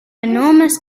enormous